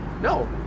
No